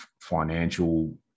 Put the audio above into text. financial